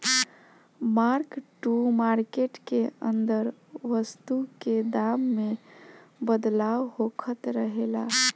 mark to market के अंदर वस्तु के दाम में बदलाव होखत रहेला